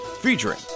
featuring